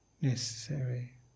necessary